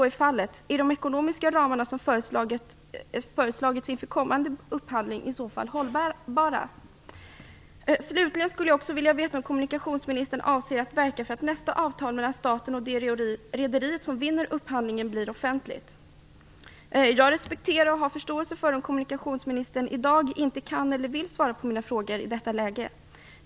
Är de ekonomiska ramarna som föreslagits inför kommande upphandling i så fall hållbara? Slutligen skulle jag också vilja veta: Avser kommunikationsministern att verka för att nästa avtal mellan staten och det rederi som vinner upphandlingen blir offentligt? Jag respekterar och har förståelse för om kommunikationsministern i dag inte kan eller vill svara på mina frågor i detta läge.